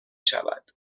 شود